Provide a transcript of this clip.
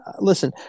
Listen